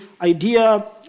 idea